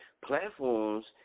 platforms